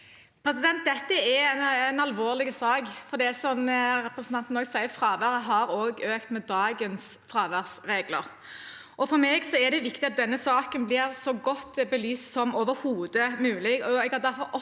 Dette er en alvorlig sak, for som representanten sier, har fraværet også økt med dagens fraværsregler. For meg er det viktig at denne saken blir så godt belyst som overhodet mulig,